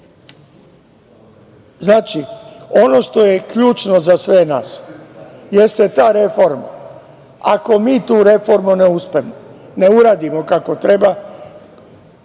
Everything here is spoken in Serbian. to. Znači, ono što je ključno za sve nas jeste ta reforma. Ako mi tu reformu ne uspemo, ne uradimo kako treba,